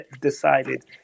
decided